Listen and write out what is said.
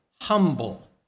humble